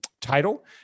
title